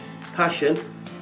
passion